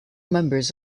members